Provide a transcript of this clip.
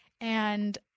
and-